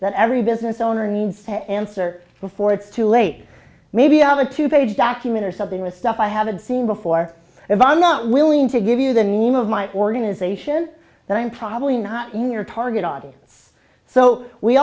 that every business owner needs to answer before it's too late maybe you have a two page document or something with stuff i haven't seen before if i'm not willing to give you the name of my organization then i'm probably not in your target audience so we